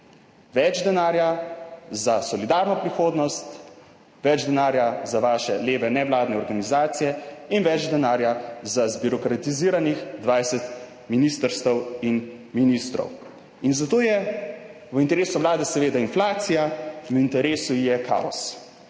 Več denarja za solidarno prihodnost, več denarja za vaše leve nevladne organizacije in več denarja za zbirokratiziranih 20 ministrstev in ministrov. In zato je v interesu Vlade seveda inflacija, v interesu je kaos.